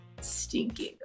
stinking